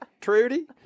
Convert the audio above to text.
Trudy